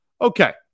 Okay